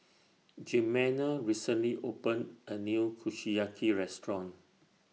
Jimena recently opened A New Kushiyaki Restaurant